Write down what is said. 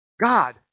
God